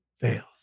fails